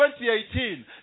2018